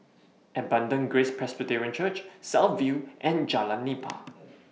Abundant Grace Presbyterian Church South View and Jalan Nipah